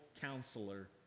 counselor